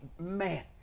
man